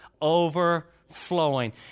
overflowing